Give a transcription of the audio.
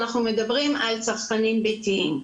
אנחנו מדברים על צרכנים ביתיים,